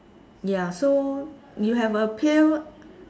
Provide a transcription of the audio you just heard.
ya so you have a pail